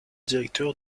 directeur